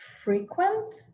frequent